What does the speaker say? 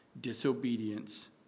disobedience